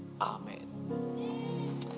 amen